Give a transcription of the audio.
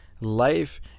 life